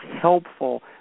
helpful